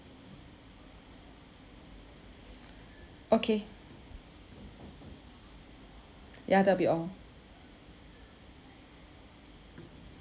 okay ya that'll be all